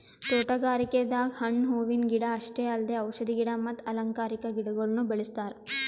ತೋಟಗಾರಿಕೆದಾಗ್ ಹಣ್ಣ್ ಹೂವಿನ ಗಿಡ ಅಷ್ಟೇ ಅಲ್ದೆ ಔಷಧಿ ಗಿಡ ಮತ್ತ್ ಅಲಂಕಾರಿಕಾ ಗಿಡಗೊಳ್ನು ಬೆಳೆಸ್ತಾರ್